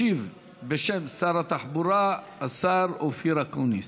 ישיב בשם שר התחבורה השר אופיר אקוניס.